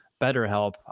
BetterHelp